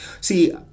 See